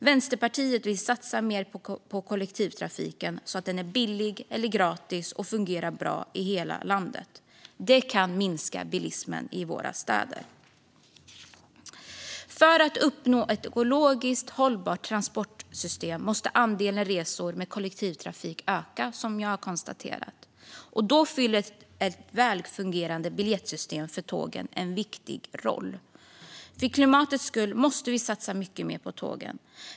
Vänsterpartiet vill satsa mer på kollektivtrafiken så att den blir billig eller gratis och fungerar bra i hela landet. Det kan minska bilismen i våra städer. För att man ska kunna uppnå ett ekologiskt hållbart transportsystem måste andelen resor med kollektivtrafik öka, som jag har konstaterat. Då spelar ett välfungerande biljettsystem för tågen en viktig roll. För klimatets skull måste vi satsa mycket mer på tågen.